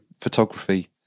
photography